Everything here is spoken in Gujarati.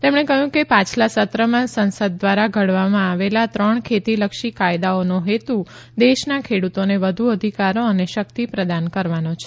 તેમણે કહ્યું કે પાછલા સત્રમાં સંસદ દ્વારા ઘડવામાં આવેલા ત્રણ ખેતીલક્ષી કાયદાઓનો હેતુ દેશના ખેડુતોને વધુ અધિકારો અને શક્તિ પ્રદાન કરવાનો છે